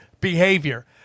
behavior